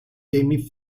jamie